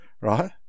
right